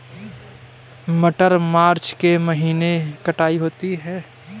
मटर मार्च के महीने कटाई होती है?